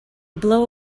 blow